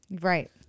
Right